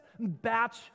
Batch